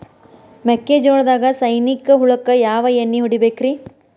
ಮೆಕ್ಕಿಜೋಳದಾಗ ಸೈನಿಕ ಹುಳಕ್ಕ ಯಾವ ಎಣ್ಣಿ ಹೊಡಿಬೇಕ್ರೇ?